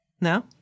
No